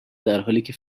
درحالیکه